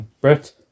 Brett